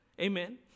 Amen